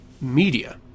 media